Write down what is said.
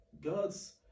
gods